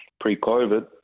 pre-COVID